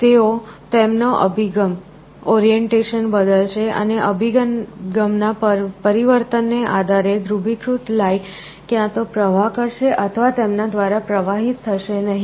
તેઓ તેમનો અભિગમ બદલશે અને અભિગમ ના પરિવર્તન ને આધારે ધ્રુવીકૃત લાઈટ ક્યાં તો પ્રવાહ કરશે અથવા તેમના દ્વારા પ્રવાહિત થશે નહીં